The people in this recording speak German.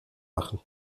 machen